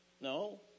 no